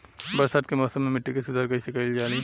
बरसात के मौसम में मिट्टी के सुधार कइसे कइल जाई?